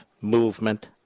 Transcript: movement